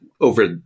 over